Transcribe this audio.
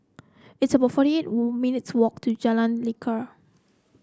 it's about forty eight minutes' walk to Jalan Lekar